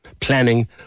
planning